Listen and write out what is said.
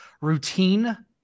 routine